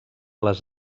les